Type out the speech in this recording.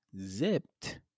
zipped